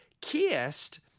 kissed